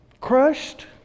crushed